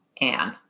Anne